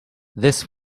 this